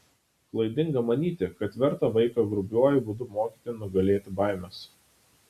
klaidinga manyti kad verta vaiką grubiuoju būdu mokyti nugalėti baimes